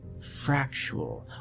fractual